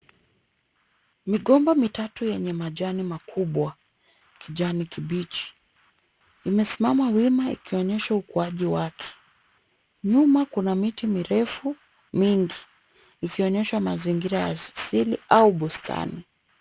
Migomba mitatu yenye majani makubwa kijani kibichi, imesimama wima ikionyesha ukuaji wake. Nyuma kuna miti mirefu mingi, ikionyesha mazingira ya asili au bustani.